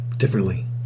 differently